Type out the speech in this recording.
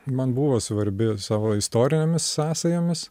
man buvo svarbi savo istorinėmis sąsajomis